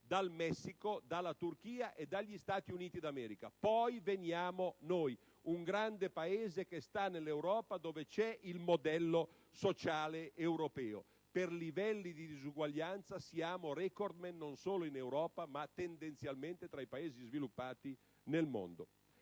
dal Messico, dalla Turchia e dagli Stati Uniti d'America. Poi veniamo noi, un grande Paese che sta nell'Europa, dove c'è il modello sociale europeo. Per livelli di disuguaglianza siamo *recordmen* non solo in Europa, ma tendenzialmente tra i Paesi sviluppati nel mondo.